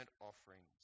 offerings